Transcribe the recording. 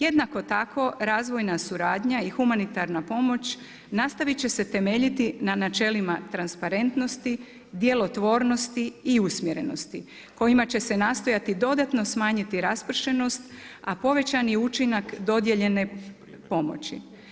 Jednako tako razvojna suradnja i humanitarna pomoć nastaviti će se temeljiti na načelima transparentnosti, djelotvornosti i usmjerenosti kojima će se nastojati dodatno smanjiti raspršenost a povećani je učinak dodijeljene pomoći.